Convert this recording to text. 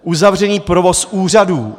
Uzavřený provoz úřadů.